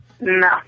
no